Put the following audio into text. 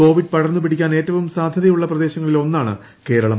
Covid പടർന്ന് പിടിക്കാൻ ഏറ്റവും സാധ്യതയുള്ള പ്രദേശങ്ങളിൽ ഒന്നാണ് കേരളം